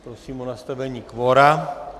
Prosím o nastavení kvora.